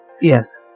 Yes